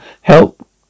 help